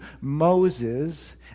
Moses